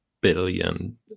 billion